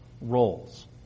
roles